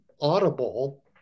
audible